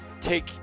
take